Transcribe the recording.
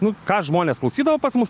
nu ką žmonės klausydavo pas mus